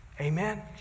Amen